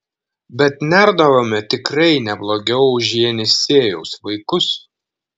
bet nerdavome tikrai neblogiau už jenisejaus vaikus